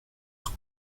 être